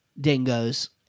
dingoes